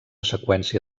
seqüència